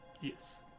yes